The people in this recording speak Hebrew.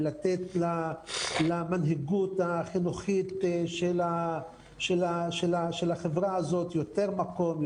ולתת למנהיגות החינוכית של החברה הזו יותר מקום,